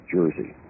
Jersey